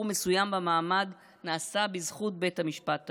מסוים במעמד נעשו בזכות בית המשפט העליון.